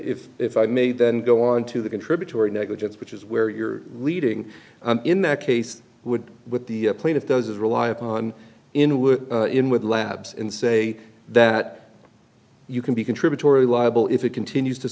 if if i may then go on to the contributory negligence which is where you're leading and in that case would with the plaintiff those rely upon in were in with labs and say that you can be contributory liable if it continues to